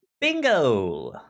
Bingo